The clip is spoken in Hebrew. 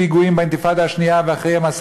ואחרי פיגועים באינתיפאדה השנייה ואחרי מעשי